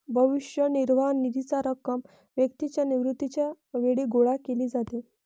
भविष्य निर्वाह निधीची रक्कम व्यक्तीच्या निवृत्तीच्या वेळी गोळा केली जाते